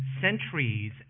centuries